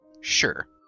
Sure